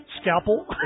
scalpel